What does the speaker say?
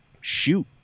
shoot